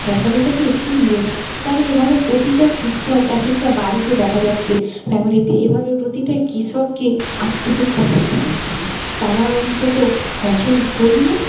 সরকারের কাছে একটুই নিবেদন তাহলে এইভাবে প্রতিটা কৃষক এক একটা বাড়িতে দেখা যাচ্ছে ফ্যামিলিতে এভাবে প্রতিটা কৃষককে আত্মহত্যা করতে হচ্ছে না তারা অন্তত ফসল ফলিয়ে